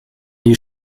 die